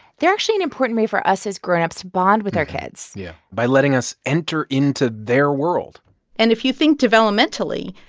they're actually an important way for us as grownups to bond with our kids yeah, by letting us enter into their world and if you think developmentally,